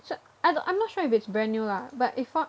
su~ I I'm not sure if it's brand new lah but if not